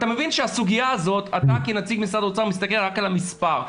אתה כנציג משרד האוצר מסתכל רק על המספר.